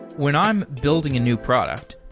when i'm building a new product,